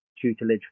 tutelage